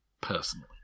Personally